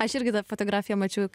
aš irgi tą fotografiją mačiau